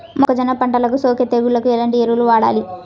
మొక్కజొన్న పంటలకు సోకే తెగుళ్లకు ఎలాంటి ఎరువులు వాడాలి?